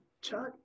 Chuck